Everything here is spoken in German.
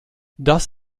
das